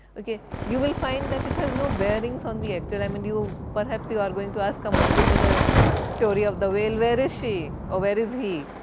ok you will find that it has no bearings on the actual, i mean, you perhaps are like going to ask, come on, give me the story of the whale, where is she? or where is he?